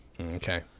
Okay